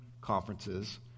conferences